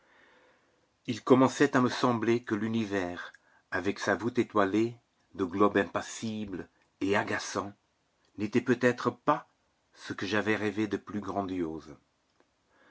il commençait à me sembler que l'univers avec sa voûte étoilée de globes impassibles et agaçants n'était peut-être pas ce que j'avais rêvé de plus grandiose